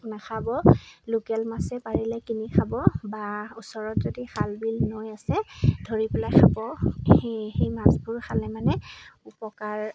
নাখাব লোকেল মাছে পাৰিলে কিনি খাব বা ওচৰত যদি খাল বিল নৈ আছে ধৰি পেলাই খাব সেই সেই মাছবোৰ খালে মানে উপকাৰ